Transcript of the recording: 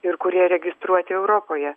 ir kurie registruoti europoje